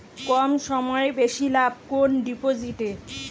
কম সময়ে বেশি লাভ কোন ডিপোজিটে?